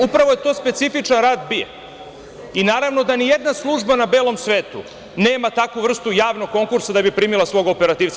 Upravo je to specifičan rad BIA i naravno da nijedna služba na belom svetu nema takvu vrstu javnog konkursa da bi primila svog operativca.